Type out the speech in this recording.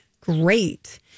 great